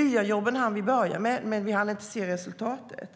YA-jobben hann vi börja med, men vi hann inte se resultatet.